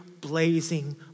blazing